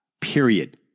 period